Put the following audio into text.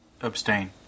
Abstain